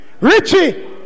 Richie